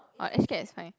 orh age gap is fine